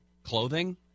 Clothing